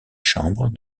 chambres